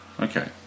Okay